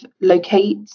Locate